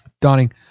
Donning